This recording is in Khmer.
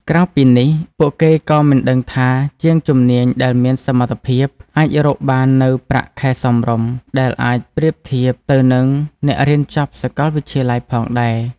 ក្រៅពីនេះ ពួកគេក៏មិនដឹងថាជាងជំនាញដែលមានសមត្ថភាព អាចរកបាននូវប្រាក់ខែសមរម្យ ដែលអាចប្រៀបធៀបទៅនឹងអ្នករៀនចប់សាកលវិទ្យាល័យផងដែរ។